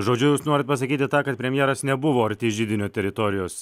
žodžiu jus norit pasakyti tą kad premjeras nebuvo arti židinio teritorijos